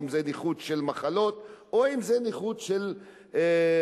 אם נכות של מחלות או אם נכות נפשית.